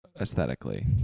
aesthetically